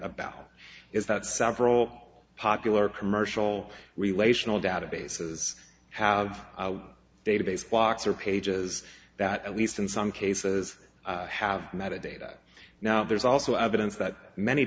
about is that several popular commercial relational databases have database blocks or pages that at least in some cases have met a data now there's also evidence that many